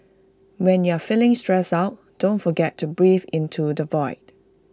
when you are feeling stressed out don't forget to breathe into the void